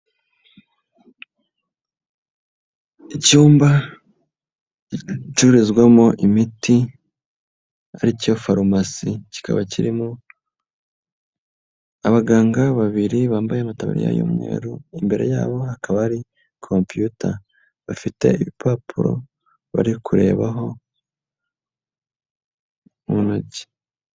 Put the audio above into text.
Icyumba gicururizwamo imiti ari cyo farumasi, kikaba kirimo abaganga babiri bambaye amataburiya y'umweru, imbere yabo hakaba hari kompiyuta, bafite ibipapuro bari kurebaho mu ntoki.